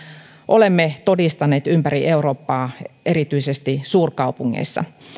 olemme todistaneet ympäri eurooppaa erityisesti suurkaupungeissa